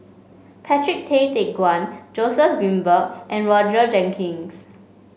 Patrick Tay Teck Guan Joseph Grimberg and Roger Jenkins